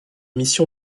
mission